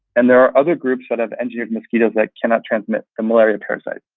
and there are other groups that have engineered mosquitoes that cannot transmit the malaria parasite.